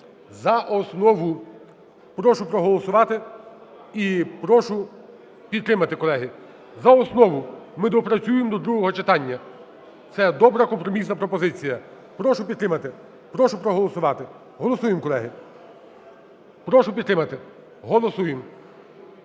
за основу. Прошу проголосувати і прошу підтримати, колеги. За основу. Ми доопрацюємо до другого читання. Це добра компромісна пропозиція. Прошу підтримати. Прошу проголосувати. Голосуємо, колеги. Прошу підтримати. Голосуємо.